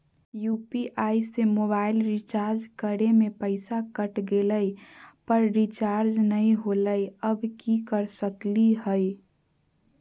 UPI से mobile recharge करे में पैसा कट गेलई, पर रिचार्ज नई होलई, अब की कर सकली हई?